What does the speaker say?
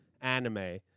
anime